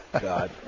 God